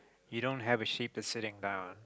you don't have a sheep that's sitting down